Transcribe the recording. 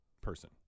person